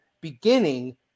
beginning